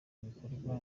ibikorwa